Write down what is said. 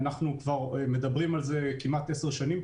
אנחנו מדברים על זה בסיקלו כבר כמעט עשר שנים,